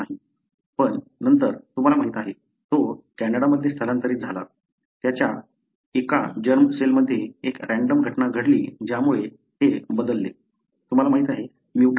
पण नंतर तुम्हाला माहिती आहे तो कॅनडामध्ये स्थलांतरित झाला त्याच्या एका जर्म सेल मध्ये एक रँडम घटना घडली ज्यामुळे हे बदलले तुम्हाला माहिती आहे म्युटंट एलील